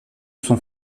sont